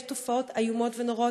יש תופעות איומות ונוראות.